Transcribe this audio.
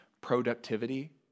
productivity